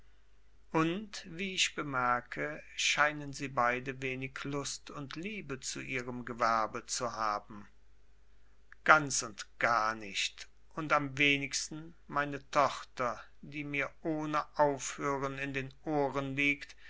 und wie ich merke scheinen sie beide wenig lust und liebe zu ihrem gewerbe zu haben ganz und gar nicht und am wenigsten meine tochter die mir ohne aufhören in den ohren liegt